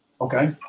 Okay